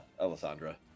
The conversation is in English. Alessandra